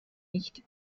nicht